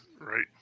right